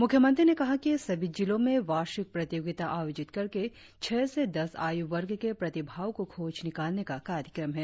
मुख्यमंत्री ने कहा कि सभी जिलों में वार्षिक प्रतियोगिता आयोजित करके छह से दस आय़ वर्ग के प्रतिभाओ को खोज निकालने का कार्यक्रम है